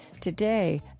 Today